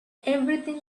everything